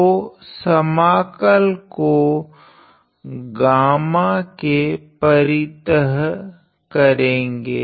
तो समाकल को गामा के परीतः करेगे